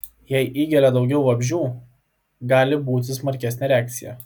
jei įgelia daugiau vabzdžių gali būti smarkesnė reakcija